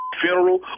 funeral